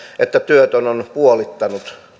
että työtön on puolittanut